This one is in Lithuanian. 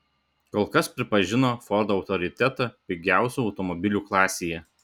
kol kas pripažino fordo autoritetą pigiausių automobilių klasėje